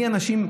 מאנשים,